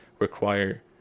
require